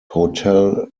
hotel